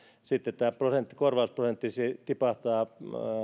sitten tämä korvausprosentti tipahtaa